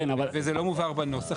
וזה לא מובהר בנוסח.